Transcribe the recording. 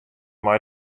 mei